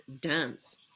dance